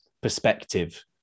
perspective